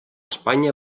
espanya